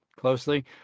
closely